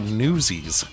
newsies